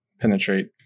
penetrate